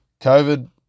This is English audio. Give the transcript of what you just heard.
COVID